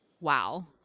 Wow